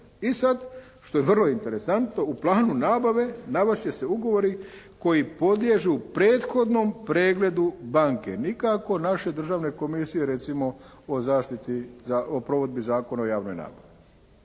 I sad što je vrlo interesantno u planu nabave navest će se ugovori koji podliježu prethodnom pregledu banke. Nikako naše Državne komisije recimo o zaštiti, o provedbi Zakona o javnoj nabavi.